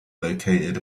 located